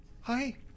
Hi